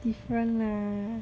different lah